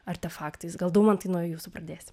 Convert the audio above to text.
artefaktais gal daumantai nuo jūsų pradėsim